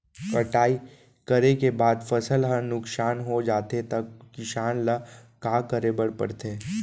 कटाई करे के बाद फसल ह नुकसान हो जाथे त किसान ल का करे बर पढ़थे?